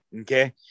okay